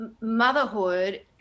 motherhood